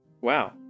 Wow